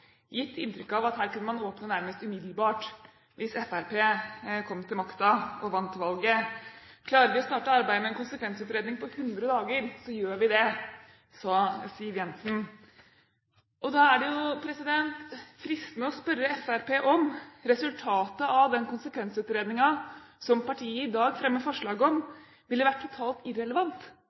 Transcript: gitt inntrykk av at her kunne man åpne nærmest umiddelbart hvis Fremskrittspartiet vant valget og kom til makten. «Klarer vi å starte arbeidet med en konsekvensutredning på 100 dager, så gjør vi det,» sa Siv Jensen. Da er det fristende å spørre Fremskrittspartiet om resultatet av den konsekvensutredningen som partiet i dag fremmer forslag om, ville vært totalt irrelevant